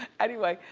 anyway,